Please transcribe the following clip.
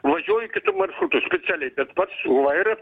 važiuoju kitu maršrutu specialiai bet pats už